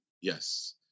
Yes